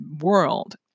world